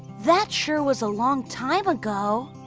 that sure was a long time ago.